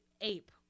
Ape